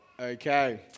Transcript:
Okay